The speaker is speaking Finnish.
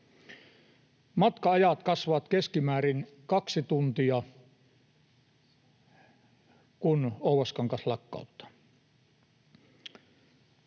Matka-ajat kasvavat keskimäärin kaksi tuntia, kun Oulaskangas lakkautetaan.